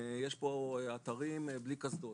יש פה אתרים בלי קסדות,